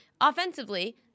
offensively